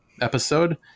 episode